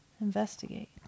investigate